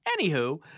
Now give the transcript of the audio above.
Anywho